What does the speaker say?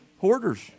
Hoarders